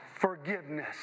forgiveness